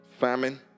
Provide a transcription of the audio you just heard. famine